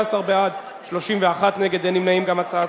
2010, נתקבלה.